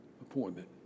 appointment